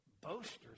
boasters